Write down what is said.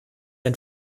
ein